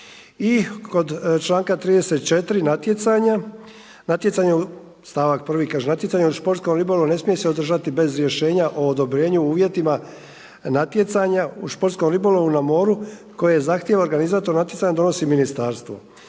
I kod članka 34. natjecanja, natjecanje, stavak prvi, kaže natjecanje u športskom ribolovu ne smije se održati bez rješenja o odobrenju uvjetima natjecanja u športskom ribolovu na moru, koje zahtjeva, organizator natjecanja donosi ministarstvo.